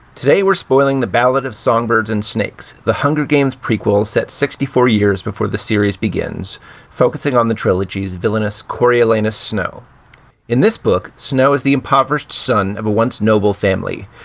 today, we're spoiling the ballad of songbirds and snakes. the hunger games prequels set sixty four years before the series begins focusing on the trilogy's villainous coriolanus snow in this book. snow is the impoverished son of a once noble family,